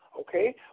Okay